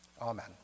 Amen